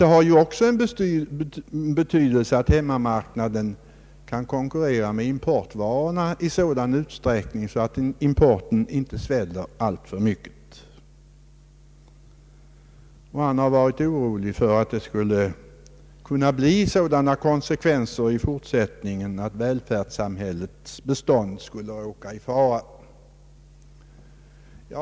Det är ju också viktigt att hemmamarknaden tillgodoses så att importen inte behöver svälla ut alltför mycket. Man har på sina håll gett uttryck för oro för att det i fortsättningen kunde uppstå en sådan situation att välfärdssamhällets framtid skulle kunna råka i fara.